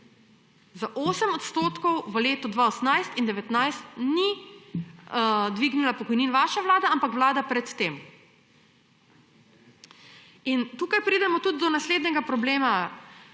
Za 8 % v letu 2018 in 2019 ni dvignila pokojnin vaša vlada, ampak vlada pred tem. In tukaj pridemo tudi do naslednjega problema,